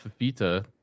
Fafita